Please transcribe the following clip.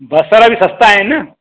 बसर बि सस्ता आहिनि